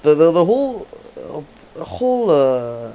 the the whole the whole uh